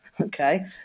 okay